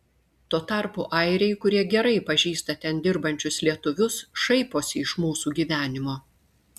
tuo tarpu airiai kurie gerai pažįsta ten dirbančius lietuvius šaiposi iš mūsų gyvenimo